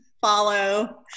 follow